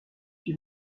huit